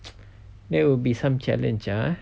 that will be some challenge ah